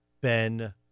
Ben